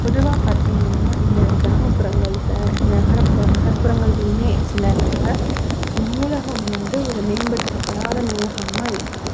பொதுவாக பார்த்திங்கன்னா இந்த கிராமப்புறங்களில் நகரப்புற நகர்ப்புறங்கள்லேயுமே சில இடத்துல நூலகம் வந்து ஒரு மேம்படுத்தப்படாத நூலகமாக இருக்குது